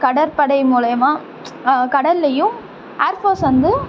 கடற்படை மூலிமா கடல்லேயும் ஆர் ஃபோஸ் வந்து